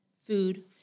food